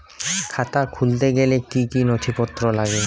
খাতা খুলতে গেলে কি কি নথিপত্র লাগে?